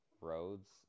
roads